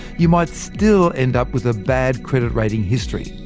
you might still end up with a bad credit rating history.